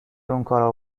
اونکارو